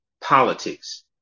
politics